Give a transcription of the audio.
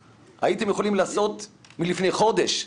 הייתם יכולים לעשות שיעורי בית לפני חודש.